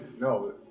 no